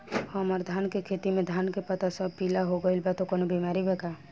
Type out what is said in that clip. हमर धान के खेती में धान के पता सब पीला हो गेल बा कवनों बिमारी बा का?